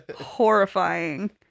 horrifying